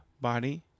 body